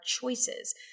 choices